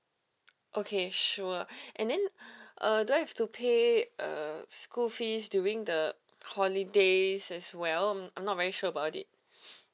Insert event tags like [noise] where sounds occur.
okay sure and then uh do I have to pay uh school fees during the holidays as well mm I'm not very sure about it [breath]